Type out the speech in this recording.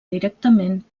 directament